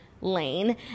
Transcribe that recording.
lane